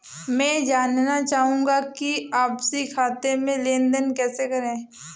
मैं जानना चाहूँगा कि आपसी खाते में लेनदेन कैसे करें?